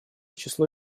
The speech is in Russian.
число